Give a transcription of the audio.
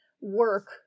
work